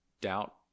doubt